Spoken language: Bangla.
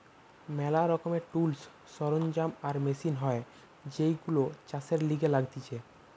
ম্যালা রকমের টুলস, সরঞ্জাম আর মেশিন হয় যেইগুলো চাষের লিগে লাগতিছে